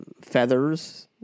feathers